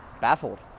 baffled